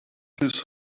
his